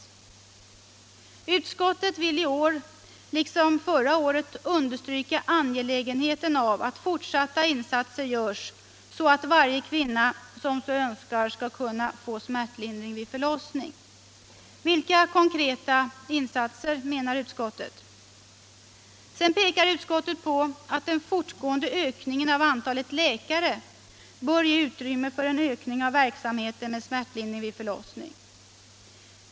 Utskottet vill i år liksom förra året understryka angelägenheten av att fortsatta insatser görs, så att varje kvinna som så önskar skall kunna få smärtlindring vid förlossning. Vilka konkreta insatser avser utskottet? Sedan pekar utskottet på att den fortgående ökningen av antalet läkare bör ge utrymme för en ökning av verksamheten med smärtlindring vid förlossning.